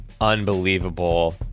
unbelievable